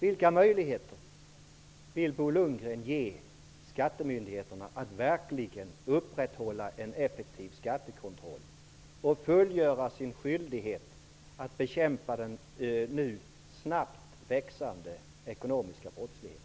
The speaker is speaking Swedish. Vilka möjligheter vill Bo Lundgren ge skattemyndigheterna när det gäller att verkligen upprätthålla en effektiv skattekontroll? Vilka möjligheter vill Bo Lundgren ge dem att kunna fullgöra deras skyldigheter att bekämpa den nu snabbt växande ekonomiska brottsligheten.